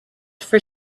for